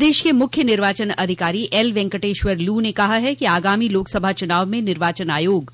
प्रदेश के मुख्य निर्वाचन अधिकारी एलवेंकेटेश्वर लू ने कहा है कि आगामी लोकसभा चुनाव में निर्वाचन आयोग